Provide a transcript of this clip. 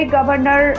Governor